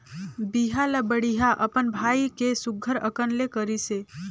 बिहा ल बड़िहा अपन भाई के सुग्घर अकन ले करिसे